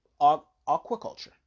aquaculture